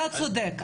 אתה צודק,